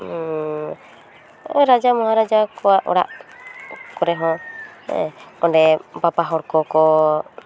ᱨᱟᱡᱟ ᱢᱚᱦᱟ ᱨᱟᱡᱟ ᱠᱚᱣᱟᱜ ᱚᱲᱟᱜ ᱠᱚᱨᱮ ᱦᱚᱸ ᱚᱸᱰᱮ ᱵᱟᱵᱟ ᱦᱚᱲ ᱠᱚ ᱠᱚ